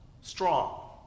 strong